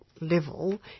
level